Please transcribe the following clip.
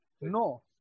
No